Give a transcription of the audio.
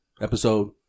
Episode